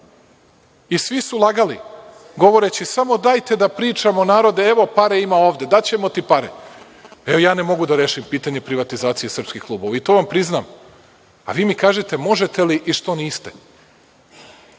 i svi su lagali govoreći samo – dajte da pričamo, narode, evo pare, ima ovde, daćemo ti pare. E, ja ne mogu da rešim pitanje privatizacije srpskih klubova i to vam priznam, a vi mi kažete – možete li i što niste?